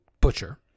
Butcher